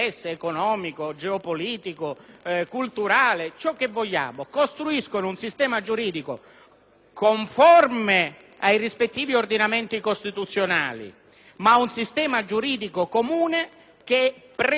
conforme ai rispettivi ordinamenti costituzionali, ma un sistema giuridico comune che per quella determinata materia prescinde dall'applicazione della legislazione nazionale.